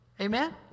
Amen